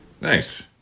Nice